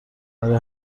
برای